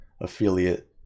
affiliate